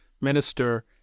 minister